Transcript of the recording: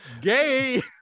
gay